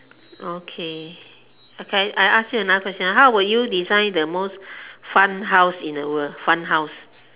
okay okay I ask you another question ah how would you design the most fun house in the world fun house